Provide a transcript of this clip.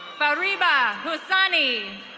barriba hoosani.